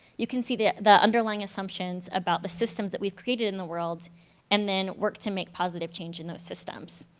you can see the the underlying assumptions about the systems that we've created in the world and then work to make positive change in those systems.